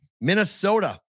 Minnesota